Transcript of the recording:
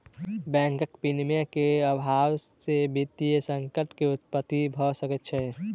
bank विनियमन के अभाव से वित्तीय संकट के उत्पत्ति भ सकै छै